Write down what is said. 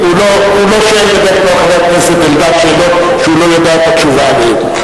בדרך כלל חבר הכנסת אלדד לא שואל שאלות שהוא לא יודע את התשובה עליהן.